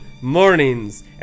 mornings